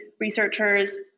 researchers